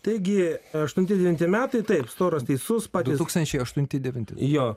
taigi aštunti devinti metai taip storas teisus patys du tūkstančiai aštunti devinti jo